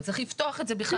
צריך לפתוח את זה בכלל.